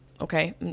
Okay